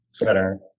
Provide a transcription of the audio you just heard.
Better